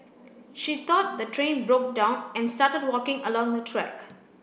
she thought the train broke down and started walking along the track